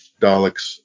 Daleks